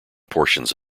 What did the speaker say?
portions